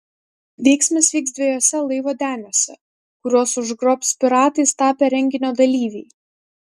veiksmas vyks dviejuose laivo deniuose kuriuos užgrobs piratais tapę renginio dalyviai